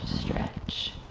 stretch.